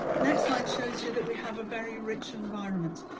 the next slide shows you that we have a very rich environment.